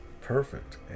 perfect